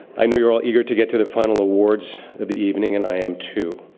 i know you're all eager to get to the final awards of the evening and i am too.